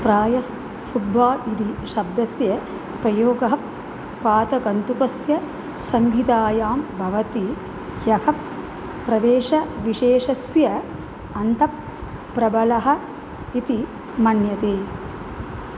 प्रायः फ़ुट्बाल् इति शब्दस्य प्रयोगः पादकन्दुकस्य सङ्गीतायां भवति यः प्रदेशविशेषस्य अन्तःप्रबलः इति मन्यते